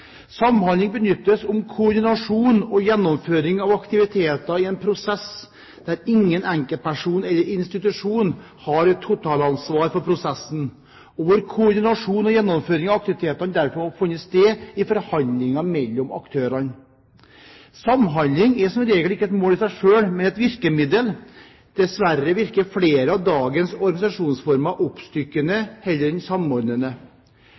Samhandling benyttes om koordinasjon og gjennomføring av aktiviteter i en prosess der ingen enkeltperson eller institusjon har et totalansvar for prosessen, og hvor koordinasjon og gjennomføring av aktivitetene derfor må finne sted i forhandlinger mellom aktørene. Samhandling er som regel ikke et mål i seg selv, men et virkemiddel. Dessverre virker flere av dagens organisasjonsformer oppstykkende heller enn samordnende.